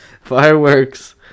Fireworks